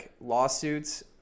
lawsuits